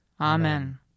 Amen